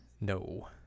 No